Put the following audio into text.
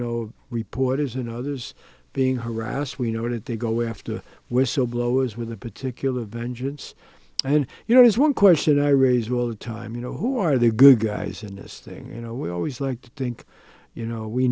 know reporters and others being harassed we know that they go after whistleblowers with a particular vengeance and you know it is one question i raised all the time you know who are the good guys in this thing you know we always like to think you know we